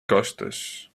costas